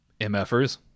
MFers